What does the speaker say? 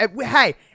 Hey